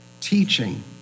teaching